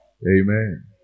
Amen